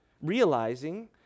realizing